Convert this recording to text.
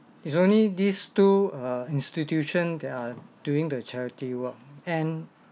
it's only these two uh institution that are doing the charity work and